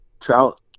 trout